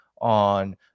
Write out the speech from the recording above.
on